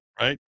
right